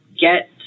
get